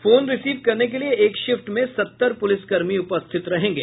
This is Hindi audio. फोन रिसिव करने के लिए एक शिफ्ट में सत्तर पुलिसकर्मी उपस्थित रहेंगे